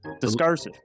Discursive